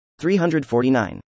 349